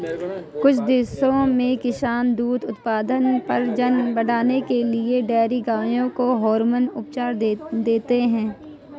कुछ देशों में किसान दूध उत्पादन, प्रजनन बढ़ाने के लिए डेयरी गायों को हार्मोन उपचार देते हैं